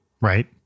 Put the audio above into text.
Right